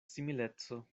simileco